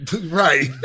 Right